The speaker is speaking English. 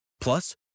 Plus